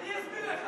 אני אסביר לך.